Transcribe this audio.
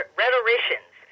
rhetoricians